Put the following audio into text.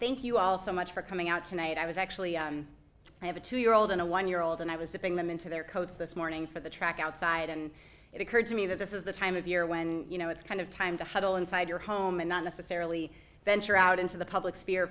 thank you all so much for coming out tonight i was actually i have a two year old and a one year old and i was dipping them into their coats this morning for the track outside and it occurred to me that this is the time of year when you know it's kind of time to huddle inside your home and not necessarily venture out into the public sphere